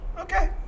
okay